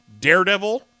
Daredevil